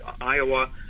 iowa